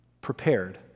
prepared